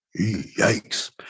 yikes